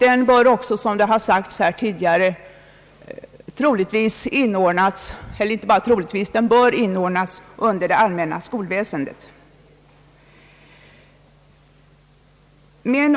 Som det sagts tidigare bör den också inordnas under det allmänna skolväsendet.